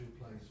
place